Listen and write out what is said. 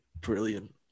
brilliant